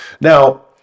Now